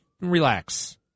Relax